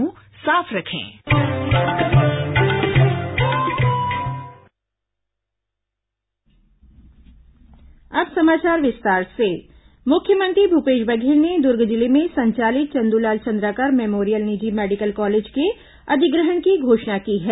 मुख्यमंत्री दुर्ग मुख्यमंत्री भूपेश बघेल ने दुर्ग जिले में संचालित चंद्रलाल चंद्राकर मेमोरियल निजी मेडिकल कॉलेज के अधिग्रहण की घोषणा की है